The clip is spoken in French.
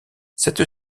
cette